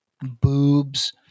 boobs